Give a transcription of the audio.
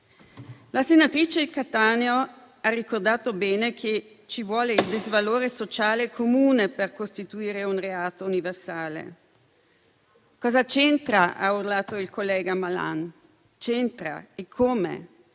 La senatrice Cattaneo ha ricordato bene che ci vuole il disvalore sociale comune per costituire un reato universale. «Cosa c'entra?»: ha urlato il collega Malan. C'entra eccome: